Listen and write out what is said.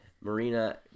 Marina